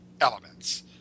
elements